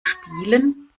spielen